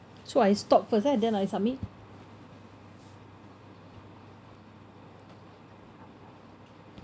so I stop first ah then I submit